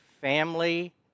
family